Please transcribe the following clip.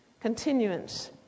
continuance